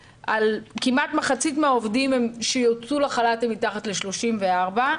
כמעט מחצית מהעובדים שהוצאו לחל"ת הם מתחת לגיל 34,